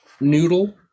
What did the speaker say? noodle